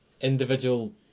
individual